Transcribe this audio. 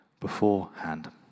beforehand